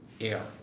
Air